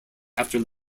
after